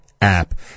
app